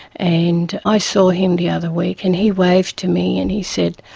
and i saw him the other week, and he waved to me and he said,